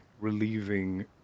relieving